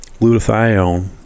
glutathione